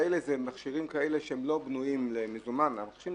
אורי מקלב